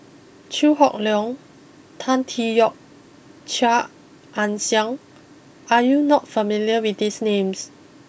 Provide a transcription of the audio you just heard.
Chew Hock Leong Tan Tee Yoke and Chia Ann Siang are you not familiar with these names